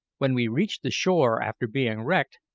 when we reached the shore after being wrecked,